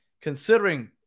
considering